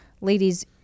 ladies